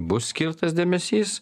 bus skirtas dėmesys